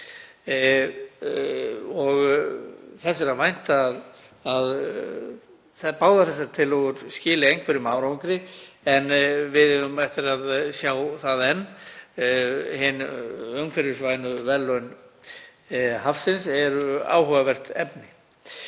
Þess er að vænta að báðar þessar tillögur skili einhverjum árangri en við eigum eftir að sjá það enn. Hin umhverfisvænu verðlaun hafsins eru áhugavert efni.